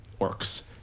orcs